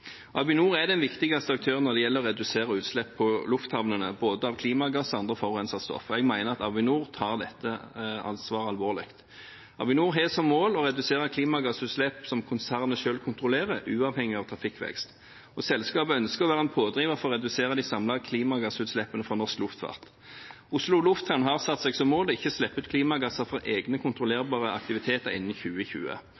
Avinor er den viktigste aktøren når det gjelder å redusere utslipp ved lufthavnene – av både klimagasser og andre forurensende stoffer – og jeg mener at Avinor tar dette ansvaret alvorlig. Avinor har som mål å redusere klimagassutslipp som konsernet selv kontrollerer, uavhengig av trafikkvekst. Selskapet ønsker å være en pådriver for å redusere de samlede klimagassutslippene fra norsk luftfart. Oslo Lufthavn har satt seg som mål å ikke slippe ut klimagasser fra egne, kontrollerbare aktiviteter innen 2020.